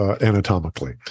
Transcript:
anatomically